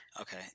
Okay